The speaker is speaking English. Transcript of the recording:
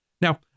Now